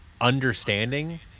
Understanding